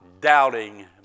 doubting